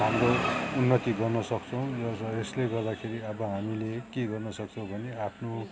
हाम्रो उन्नति गर्न सक्छौँ र यसले गर्दाखेरि अब हामीले के गर्न सक्छौँ भने आफ्नो